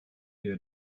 dir